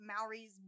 Maoris